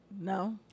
No